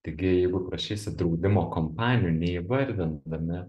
taigi jeigu prašysit draudimo kompanijų neįvardindami